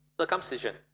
circumcision